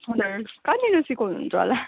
हजुर कहाँनिर सिकाउनु हुन्छ होला